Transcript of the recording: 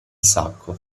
sacco